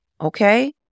okay